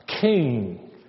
king